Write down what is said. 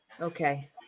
Okay